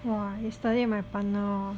!wah! yesterday my partner hor